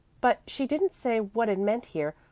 but she didn't say what it meant here.